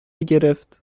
گرفت